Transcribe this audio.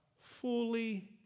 fully